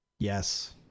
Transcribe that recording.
Yes